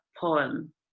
poem